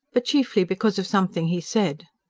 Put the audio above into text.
but chiefly because of something he said.